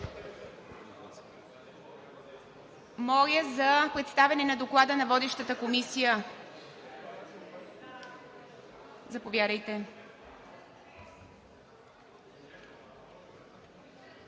Моля за представяне на Доклада на водещата Комисия. Заповядайте.